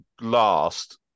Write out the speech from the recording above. last